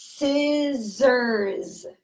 scissors